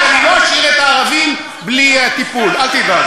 אני לא אשאיר את הערבים בלי טיפול, אל תדאג.